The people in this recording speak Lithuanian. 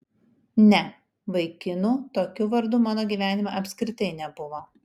ne vaikinų tokiu vardu mano gyvenime apskritai nebuvo